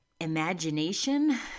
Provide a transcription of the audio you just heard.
imagination